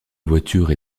voiture